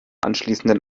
anschließenden